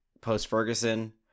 post-Ferguson